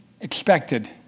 expected